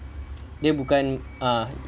dia bukan ah